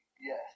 yes